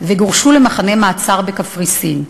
וגורשו למחנה מעצר בקפריסין.